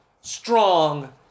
strong